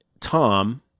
Tom